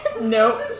nope